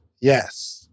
Yes